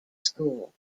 school